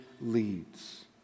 leads